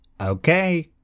Okay